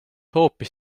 hoopis